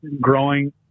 Growing